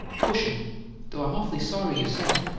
pushing though i'm awfully sorry you said it.